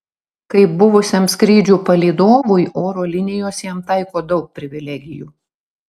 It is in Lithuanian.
kaip buvusiam skrydžių palydovui oro linijos jam taiko daug privilegijų